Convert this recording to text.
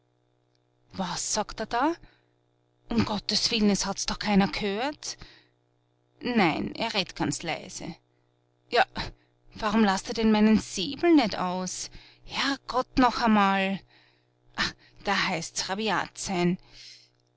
was sagt er da um gottes willen es hat's doch keiner gehört nein er red't ganz leise ja warum laßt er denn meinen säbel net aus herrgott noch einmal ah da heißt's rabiat